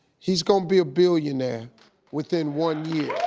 he's gonna be a billionaire within one year.